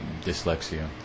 dyslexia